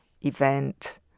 event